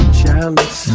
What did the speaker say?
jealous